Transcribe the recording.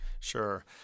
Sure